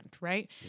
right